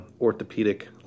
orthopedic